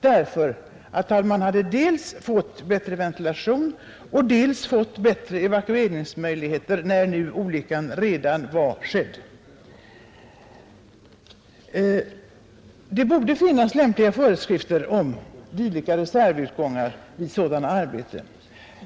Då hade man fått dels bättre ventilation, dels bättre evakueringsmöjligheter när olyckan inträffade. Det borde därför finnas lämplig föreskrift om dylika reservutgångar vid sådana arbeten.